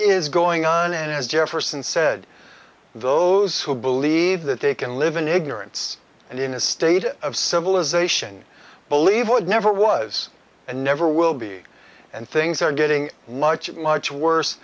is going on as jefferson said those who believe that they can live in ignorance and in a state of civilization believe what never was and never will be and things are getting much much worse